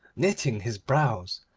knitting his brows,